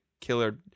killer